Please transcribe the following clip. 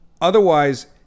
Otherwise